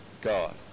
God